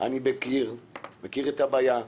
אני מכיר את הבעיה,